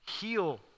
heal